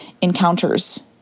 encounters